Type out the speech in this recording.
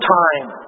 time